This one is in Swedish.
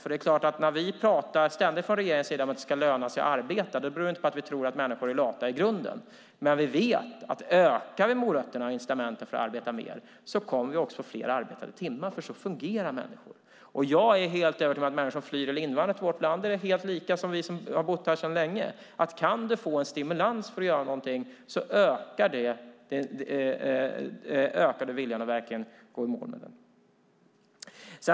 När vi från regeringens sida ständigt talar om att det ska löna sig att arbeta beror det inte på att vi tror att människor i grunden är lata, men vi vet att om vi ökar morötterna och incitamenten för att arbeta mer kommer vi också att få fler arbetade timmar. Så fungerar människor. Jag är övertygad om att människor som flyr eller invandrar till vårt land är helt lika oss som bott här sedan länge. Om du kan få en stimulans för att göra någonting ökar det viljan att verkligen gå i mål med det.